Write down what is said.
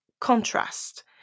contrast